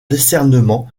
discernement